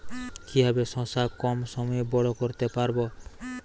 কিভাবে শশা কম সময়ে বড় করতে পারব?